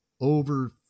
over